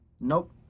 nope